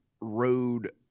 road